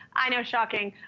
i know, shocking.